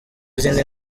izindi